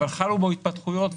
אבל חלו בו התפתחויות.